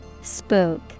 Spook